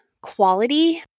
quality